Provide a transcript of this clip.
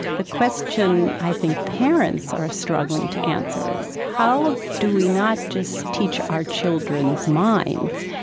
the question i think parents are struggling to answer is, how do we not just teach our children's minds,